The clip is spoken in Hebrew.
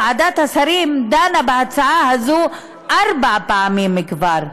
ועדת השרים דנה בהצעה הזאת ארבע פעמים כבר,